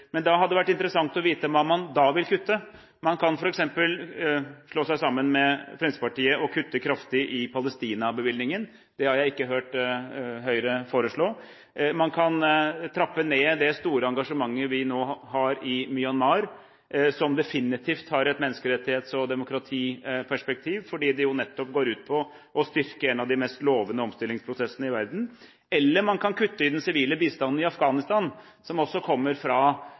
Men det hadde vært interessant å vite hva man da vil kutte. Man kan f.eks. slå seg sammen med Fremskrittspartiet og kutte kraftig i Palestina-bevilgningen. Det har jeg ikke hørt Høyre foreslå. Man kan trappe ned det store engasjementet vi nå har i Myanmar, som definitivt har et menneskerettighets- og demokratiperspektiv fordi det nettopp går ut på å styrke en av de mest lovende omstillingsprosessene i verden, eller man kan kutte i den sivile bistanden til Afghanistan, som også kommer delvis fra